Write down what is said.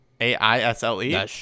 A-I-S-L-E